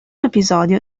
episodio